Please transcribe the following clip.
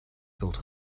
built